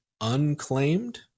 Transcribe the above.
unclaimed